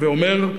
הווי אומר,